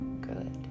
good